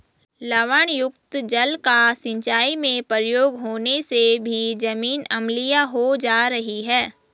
लवणयुक्त जल का सिंचाई में प्रयोग होने से भी जमीन अम्लीय हो जा रही है